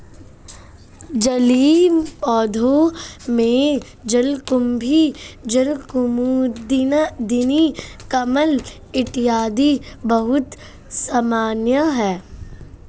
जलीय पौधों में जलकुम्भी, जलकुमुदिनी, कमल इत्यादि बहुत सामान्य है